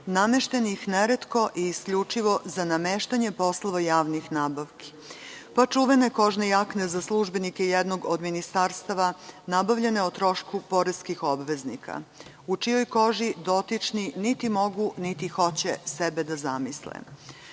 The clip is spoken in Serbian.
nameštenih neretko i isključivo za nameštanje poslova javnih nabavki. Pa čuvene kožne jakne za službenike jednog od ministarstava, nabavljene o trošku poreskih obveznika, u čijoj koži dotični niti mogu niti hoće sebe da